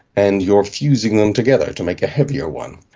and you are fusing them together to make a heavier one,